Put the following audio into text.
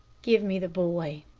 give me the boy.